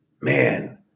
man